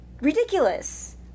ridiculous